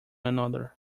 another